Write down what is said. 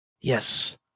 Yes